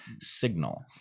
signal